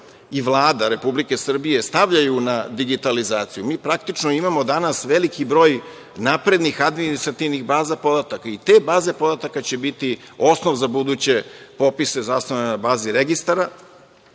i Vlada stavljaju na digitalizaciju, mi praktično imamo danas veliki broj naprednih administrativnih baza podataka i te baze podataka će biti osnov za buduće popise zasnovane na bazi registara,